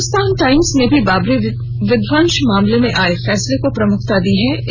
Hindustan Times ने भी बाबरी विध्वंश मामले में आये फैसले को प्रमुखता से जगह दी है